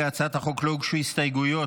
להצעת החוק לא הוגשו הסתייגויות,